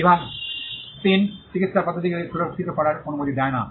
বিভাগ 3 চিকিত্সার পদ্ধতিগুলিকে সুরক্ষিত করার অনুমতি দেয় না